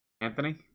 Anthony